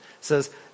says